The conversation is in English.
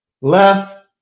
Left